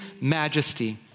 majesty